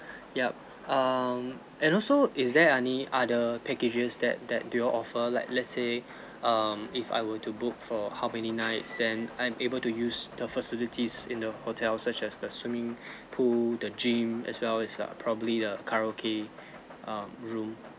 yup um and also is there any other packages that that do you all offer like let's say um if I were to book for how many nights then I'm able to use the facilities in the hotel such as the swimming pool the gym as well as ah probably the karaoke um room